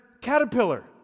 caterpillar